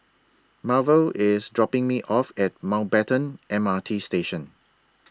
Marvel IS dropping Me off At Mountbatten M R T Station